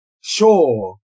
sure